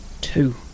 Two